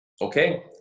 Okay